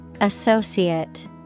Associate